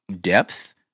depth